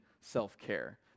self-care